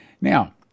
Now